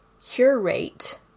curate